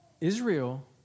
Israel